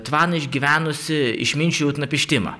tvaną išgyvenusį išminčių utnapištimą